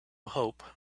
hope